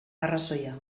arrazoia